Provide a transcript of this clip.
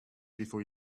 before